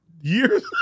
Years